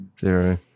zero